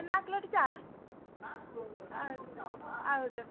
ನಾಲ್ಕು ಲೋಟ ಚಹಾ ಹೌದ್ ಹೌದು